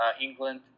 England